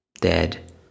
Dead